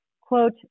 Quote